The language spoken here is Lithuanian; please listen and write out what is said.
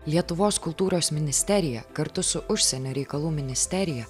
lietuvos kultūros ministerija kartu su užsienio reikalų ministerija